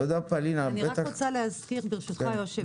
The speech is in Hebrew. אני רק רוצה להזכיר ברשותך היושב ראש.